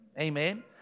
Amen